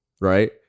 right